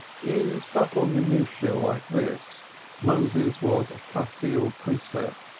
in subtle minutiae like this moses was facile princeps,